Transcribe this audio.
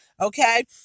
Okay